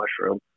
mushroom